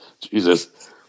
Jesus